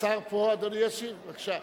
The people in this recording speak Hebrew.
השר פה, אדוני ישיב, בבקשה.